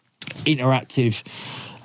interactive